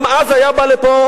גם אז היה בא לפה